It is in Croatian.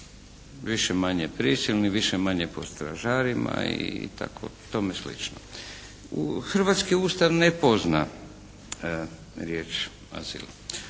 više-manje prisilni, više-manji pod stražarima i tako tome sl. Hrvatski Ustav ne pozna riječ azil.